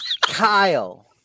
Kyle